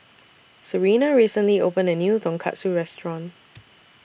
Sarina recently opened A New Tonkatsu Restaurant